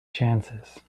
chances